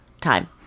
time